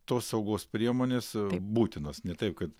tos saugos priemonės būtinos ne taip kad